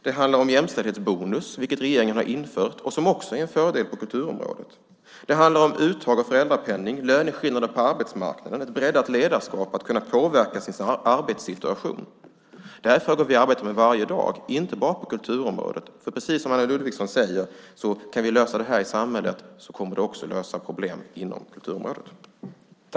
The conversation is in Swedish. Det handlar om jämställdhetsbonus, vilket regeringen har infört och som också är en fördel på kulturområdet. Det handlar om uttag av föräldrapenning, löneskillnader på arbetsmarknaden, ett breddat ledarskap och att kunna påverka sin arbetssituation. Det här är frågor vi arbetar med varje dag, inte bara på kulturområdet. Det är precis som Anne Ludvigsson säger, nämligen att om vi kan lösa detta i samhället kommer det också att lösa problem inom kulturområdet.